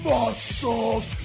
Muscles